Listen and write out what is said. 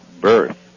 birth